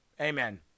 Amen